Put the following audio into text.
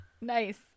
Nice